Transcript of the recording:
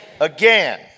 Again